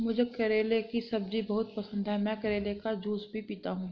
मुझे करेले की सब्जी बहुत पसंद है, मैं करेले का जूस भी पीता हूं